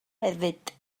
hefyd